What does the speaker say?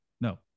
No